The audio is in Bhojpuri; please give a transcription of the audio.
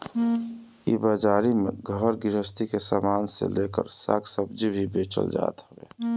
इ बाजारी में घर गृहस्ती के सामान से लेकर साग सब्जी भी बेचल जात हवे